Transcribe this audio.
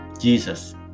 Jesus